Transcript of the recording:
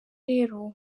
rero